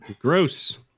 Gross